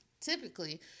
Typically